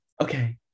Okay